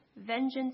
vengeance